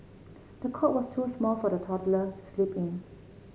the cot was too small for the toddler to sleep in